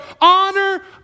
honor